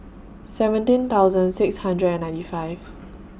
seventeen thoussand six hundred and ninety five